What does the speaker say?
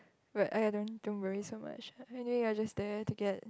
but !aiya! don't don't worry so much anyway you're just there to get